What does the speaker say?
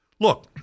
Look